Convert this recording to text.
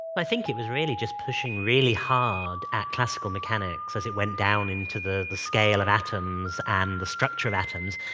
i think it was really just pushing really hard at classical mechanics as it went down into the the scale of atoms and the structure of atoms,